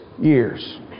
years